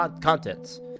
contents